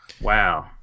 Wow